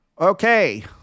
Okay